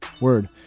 Word